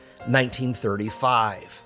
1935